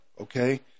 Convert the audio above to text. Okay